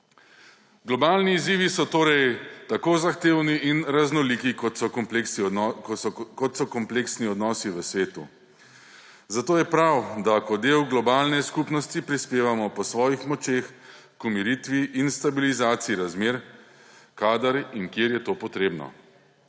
Globalni izzivi so torej tako zahtevni in raznoliki, kot so kompleksni odnosi v svetu. Zato je prav, da kot del globalne skupnosti prispevamo po svojih močeh k umiritvi in stabilizaciji razmer, kadar in kjer je to potrebno.